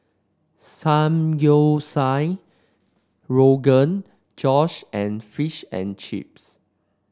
Samgyeopsal Rogan Josh and Fish and Chips